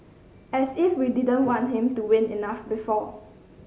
as if we didn't want him to win enough before